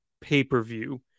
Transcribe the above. pay-per-view